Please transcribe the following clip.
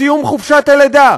מסיום חופשת הלידה.